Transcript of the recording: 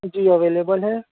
جی available ہے